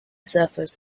surfers